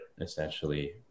essentially